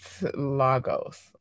Lagos